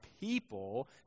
people